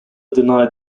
denied